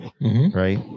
right